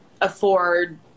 afford